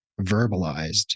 verbalized